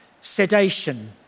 sedation